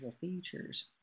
features